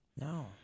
No